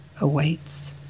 awaits